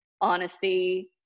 honesty